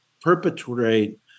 perpetrate